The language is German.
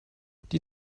die